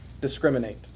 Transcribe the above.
discriminate